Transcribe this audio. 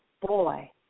boy